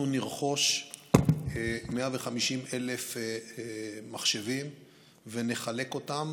אנחנו נרכוש 150,000 מחשבים ונחלק אותם